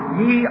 ye